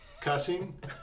Cussing